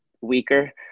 weaker